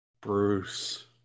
Bruce